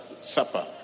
Supper